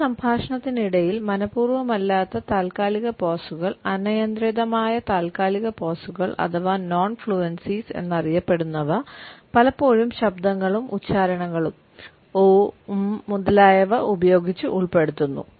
ഒരു സംഭാഷണത്തിനിടയിൽ മനപൂർവ്വമല്ലാത്ത താൽക്കാലിക പോസുകൾ അനിയന്ത്രിതമായ താൽക്കാലിക പോസുകൾ അഥവാ നോൺ ഫ്ലൂവെൻസിസ് എന്ന് അറിയപ്പെടുന്നവ പലപ്പോഴും ശബ്ദങ്ങളും ഉച്ചാരണങ്ങളും 'ഓ' 'ഉം' മുതലായവ ഉപയോഗിച്ച് ഉൾപ്പെടുത്തുന്നു